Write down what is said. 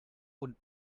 und